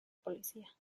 policía